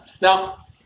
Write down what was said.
Now